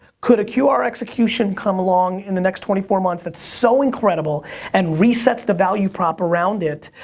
could a qr execution come along in the next twenty four months that's so incredible and resets the value-prop around it,